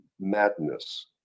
madness